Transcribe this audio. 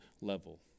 level